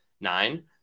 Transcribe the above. nine